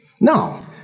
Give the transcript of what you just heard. No